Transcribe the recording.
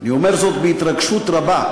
אני אומר זאת בהתרגשות רבה.